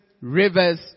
rivers